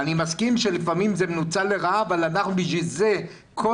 אני מסכים שלפעמים זה מנוצל לרעה אבל לשם כך כל